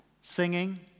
singing